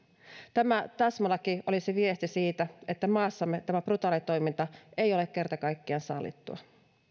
tämä täsmälaki olisi viesti siitä että maassamme tämä brutaali toiminta ei ole kerta kaikkiaan sallittua